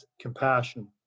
compassion